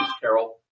Carol